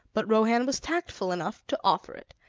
but rohan was tactful enough to offer it,